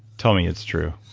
tell me it's true.